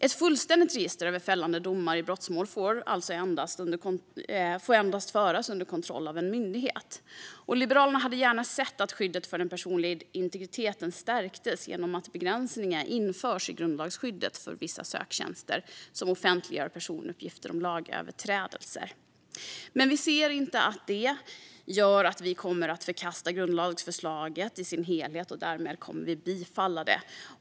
Ett fullständigt register över fällande domar i brottmål får alltså endast föras under kontroll av en myndighet. Liberalerna hade gärna sett att skyddet för den personliga integriteten stärktes genom att begränsningar införs i grundlagsskyddet för vissa söktjänster som offentliggör personuppgifter om lagöverträdelser. Vi ser dock inte att detta gör att vi kommer att förkasta grundlagsförslaget i sin helhet, och därmed kommer vi att bifalla det.